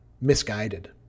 misguided